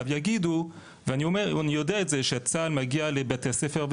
אני יודע שצה"ל מגיע לבתי הספר,